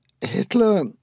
Hitler